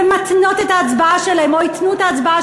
ומתנות את ההצבעה שלהן או התנו את ההצבעה